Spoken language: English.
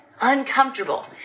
Uncomfortable